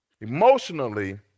emotionally